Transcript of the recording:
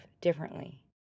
differently